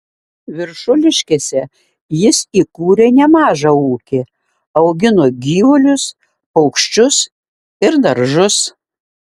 viršuliškėse jis įkūrė nemažą ūkį augino gyvulius paukščius ir daržus